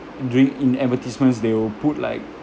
during in advertisements they will put like